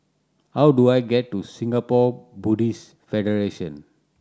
how do I get to Singapore Buddhist Federation